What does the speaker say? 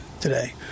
today